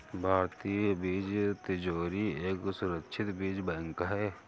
भारतीय बीज तिजोरी एक सुरक्षित बीज बैंक है